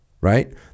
Right